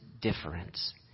difference